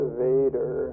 vader